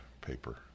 paper